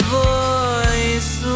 voice